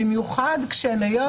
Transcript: במיוחד כשהן היום,